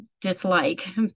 dislike